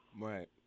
Right